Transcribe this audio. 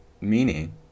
meaning